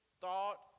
thought